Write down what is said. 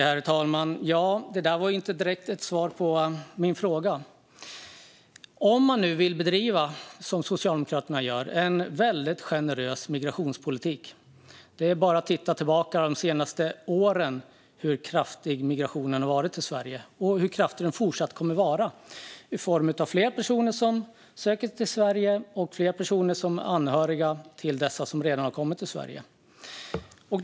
Herr talman! Det var inte direkt ett svar på min fråga. Om man nu vill bedriva - som Socialdemokraterna gör - en väldigt generös migrationspolitik, är det bara att titta tillbaka de senaste åren på hur kraftig migrationen har varit i Sverige och på hur kraftig den fortsättningsvis kommer att vara. Det är fler personer som söker sig till Sverige och fler personer som är anhöriga till dem som redan har kommit till Sverige.